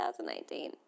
2019